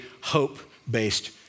hope-based